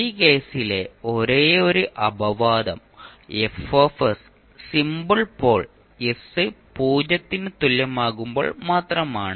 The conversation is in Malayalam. ഈ കേസിലെ ഒരേയൊരു അപവാദം F സിംപിൾ പോൾ s 0 ന് തുല്യമാകുമ്പോൾ മാത്രമാണ്